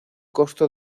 costo